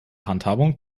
handhabung